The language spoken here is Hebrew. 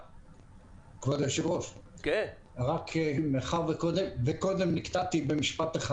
כבוד היושב-ראש, מאחר שקודם נתקעתי, משפט אחד.